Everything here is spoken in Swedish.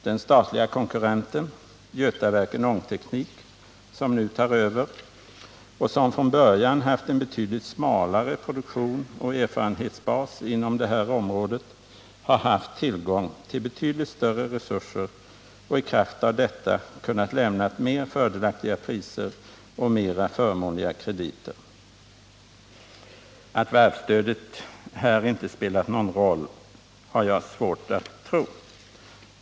Den statliga konkurrenten, Götaverken Ångteknik, som nu tar över verksamheten — och som från början haft en betydligt smalare produktion och erfarenhetsbas inom detta område — har haft tillgång till betydligt större resurser och i kraft av detta kunnat sätta fördelaktigare priser och lämna förmånligare krediter. Att varvsstödet här inte skulle ha spelat någon roll har jag svårt att tro.